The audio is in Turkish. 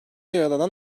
yaralanan